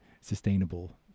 sustainable